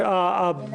מההסתייגויות,